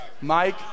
Mike